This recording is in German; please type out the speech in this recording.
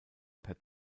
per